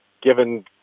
given